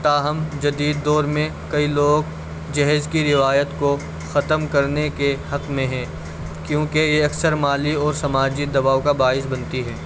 تاہم جدید دور میں کئی لوگ جہیز کی روایت کو ختم کرنے کے حق میں ہیں کیونکہ یہ اکثر مالی اور سماجی دباؤ کا باعث بنتی ہے